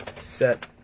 set